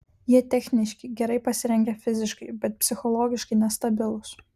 jie techniški gerai pasirengę fiziškai bet psichologiškai nestabilūs